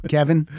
Kevin